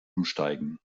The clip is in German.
umsteigen